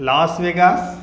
Los Vegas